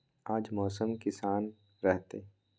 आज मौसम किसान रहतै?